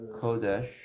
kodesh